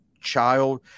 child